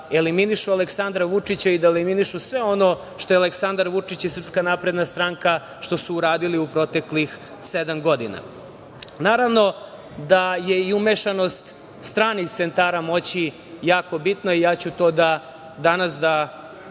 da eliminišu Aleksandra Vučića i da eliminišu sve ono što su Aleksandar Vučić i Srpska napredna stranka uradili u proteklih sedam godina. Naravno da je i umešanost stranih centara moći jako bitna i ja ću to da danas